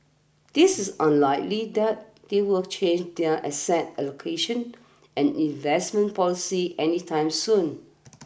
this is unlikely that they will change their asset allocation and investment policy any time soon